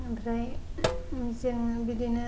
ओमफ्राय जों बिदिनो